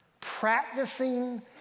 Practicing